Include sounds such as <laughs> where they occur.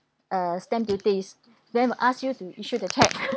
uh stamp duties <breath> then will ask you to issue the cheque <laughs>